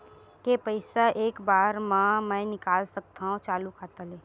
के पईसा एक बार मा मैं निकाल सकथव चालू खाता ले?